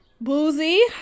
boozy